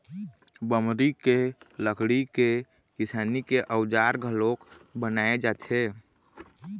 बमरी के लकड़ी के किसानी के अउजार घलोक बनाए जाथे